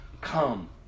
Come